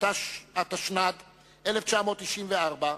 התשנ"ד 1994,